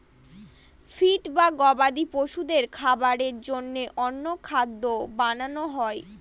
feed বা গবাদি পশুদের খাবারের জন্য অন্য খাদ্য বানানো হয়